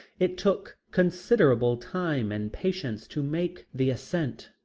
it took considerable time and patience to make the ascent,